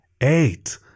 Eight